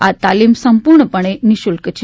આ તાલિમ સંપૂર્ણપણે નિઃશુલ્ક છે